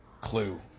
clue